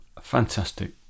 fantastic